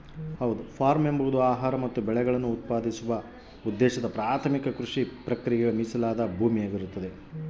form ಎಂಬುದು ಆಹಾರ ಮತ್ತು ಬೆಳೆಗಳನ್ನು ಉತ್ಪಾದಿಸುವ ಉದ್ದೇಶದ ಪ್ರಾಥಮಿಕ ಕೃಷಿ ಪ್ರಕ್ರಿಯೆಗಳಿಗೆ ಮೀಸಲಾದ ಭೂಮಿ